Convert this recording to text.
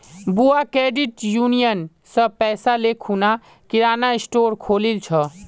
बुआ credit union स पैसा ले खूना किराना स्टोर खोलील छ